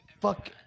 fuck